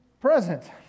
Present